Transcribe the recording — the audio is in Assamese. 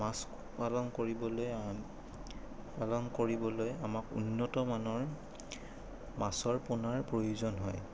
মাছ পালন কৰিবলৈ পালন কৰিবলৈ আমাক উন্নতমানৰ মাছৰ পোনাৰ প্ৰয়োজন হয়